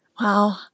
Wow